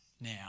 now